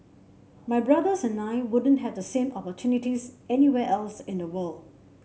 my brothers and I wouldn't have the same opportunities anywhere else in the world